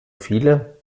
viele